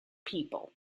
people